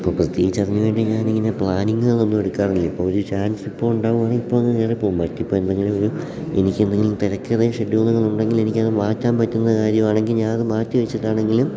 ഇപ്പോൾ പ്രത്യേകിച്ച് അതിനുവേണ്ടി ഞാനിങ്ങനെ പ്ലാനിങ്ങുകളൊന്നും എടുക്കാറില്ല ഇപ്പോൾ ഒരു ചാൻസ് ഇപ്പോൾ ഉണ്ടാകുകയാണെങ്കിൽ ഇപ്പോൾ അങ്ങ് കയറിപ്പോവും മറ്റ് ഇപ്പോൾ എന്തെങ്കിലും ഒരു എനിക്കെന്തെങ്കിലും തിരക്കേറിയ ഷെഡ്യൂളുകളുണ്ടെങ്കിൽ എനിക്കത് മാറ്റാൻ പറ്റുന്ന കാര്യമാണെങ്കിൽ ഞാനത് മാറ്റി വെച്ചിട്ടാണെങ്കിലും